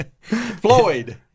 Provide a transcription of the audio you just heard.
Floyd